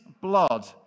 blood